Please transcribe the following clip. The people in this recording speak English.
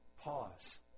pause